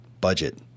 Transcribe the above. budget